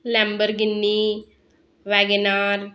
Lamborghini Wagon R